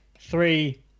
three